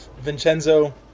Vincenzo